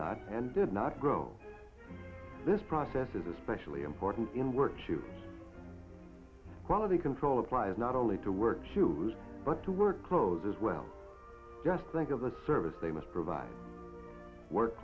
not and did not grow this process is especially important in work quality control applies not only to work shoes but to work clothes as well just think of the service they must provide work